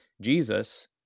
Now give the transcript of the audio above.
Jesus